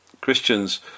Christians